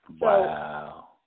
Wow